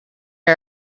are